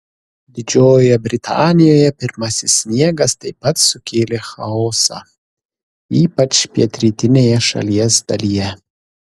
didžiojoje britanijoje pirmasis sniegas taip pat sukėlė chaosą ypač pietrytinėje šalies dalyje